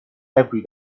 every